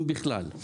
אם בכלל.